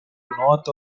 north